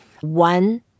one